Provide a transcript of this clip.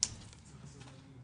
תודה רבה.